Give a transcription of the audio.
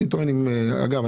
אגב,